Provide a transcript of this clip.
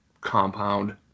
compound